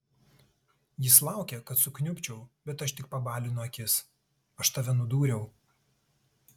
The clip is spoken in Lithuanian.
jis laukia kad sukniubčiau bet aš tik pabalinu akis aš tave nudūriau